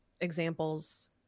examples